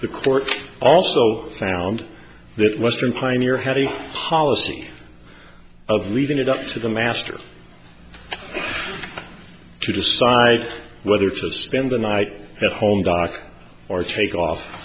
the court also found that western pioneer had a policy of leaving it up to the master to decide whether to spend the night at home dock or take off